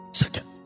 second